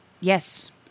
Yes